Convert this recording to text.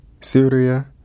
Syria